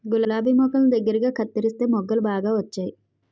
గులాబి మొక్కల్ని దగ్గరగా కత్తెరిస్తే మొగ్గలు బాగా వచ్చేయి